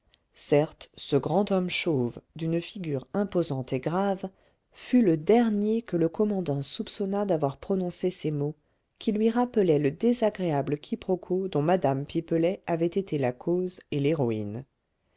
certes ce grand homme chauve d'une figure imposante et grave fut le dernier que le commandant soupçonna d'avoir prononcé ces mots qui lui rappelaient le désagréable quiproquo dont mme pipelet avait été la cause et l'héroïne